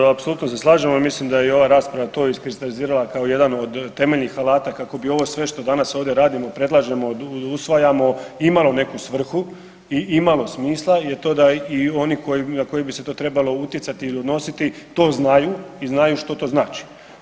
Da, evo apsolutno se slažemo, mislim da je i ova rasprava to iskristalizirala kao jedan od temeljnih alata kako bi ovo sve što danas ovdje radimo, predlažemo, usvajamo imalo neku svrhu i imalo smisla je to da i oni na koji bi se to trebalo utjecati i odnositi to znaju i znaju što to znači.